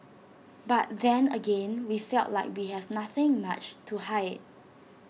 but then again we felt like we have nothing much to hide